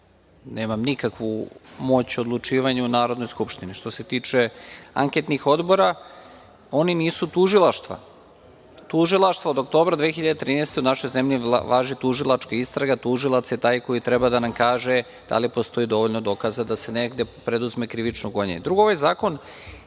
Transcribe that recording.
nemam nikakvu moć odlučivanja u Narodnoj skupštini. Što se tiče anketnih odbora, oni nisu tužilaštva. Tužilaštvo od oktobra 2013. godine, u našoj važi tužilačka istraga, tužilac je taj koji treba da nam kaže da li postoji dovoljno dokaza da se negde preduzme krivično gonjenje. Drugo, ovaj zakon